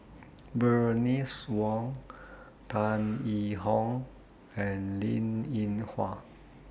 Bernice Wong Tan Yee Hong and Linn in Hua